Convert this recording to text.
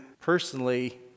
personally